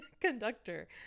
conductor